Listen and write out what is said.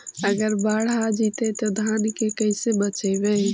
अगर बाढ़ आ जितै तो धान के कैसे बचइबै?